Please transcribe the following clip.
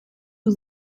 who